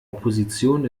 opposition